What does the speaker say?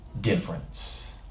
difference